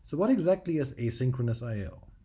so what exactly is asynchronous i yeah o?